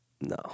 No